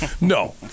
No